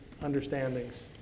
understandings